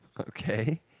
Okay